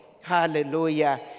Hallelujah